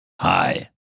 Hi